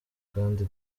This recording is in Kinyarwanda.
kandi